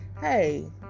hey